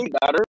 better